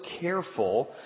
careful